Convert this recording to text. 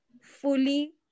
fully